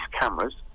cameras